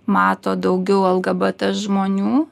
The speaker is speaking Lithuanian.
mato daugiau lgbt žmonių